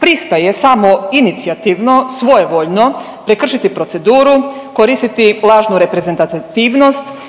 pristaje samoinicijativno, svojevoljno prekršiti proceduru, koristiti lažnu reprezentativnost,